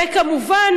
וכמובן,